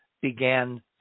began